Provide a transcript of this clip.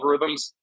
algorithms